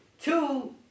Two